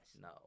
No